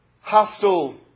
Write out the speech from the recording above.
hostile